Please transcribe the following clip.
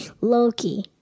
Loki